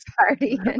party